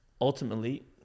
ultimately